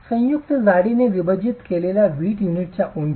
संयुक्त जाडीने विभाजित केलेल्या वीट युनिटची उंची